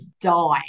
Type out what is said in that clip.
die